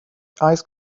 ice